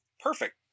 perfect